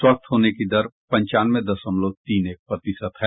स्वस्थ होने की दर पंचानवे दशमलव एक तीन प्रतिशत है